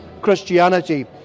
christianity